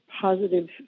positive